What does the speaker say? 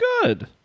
good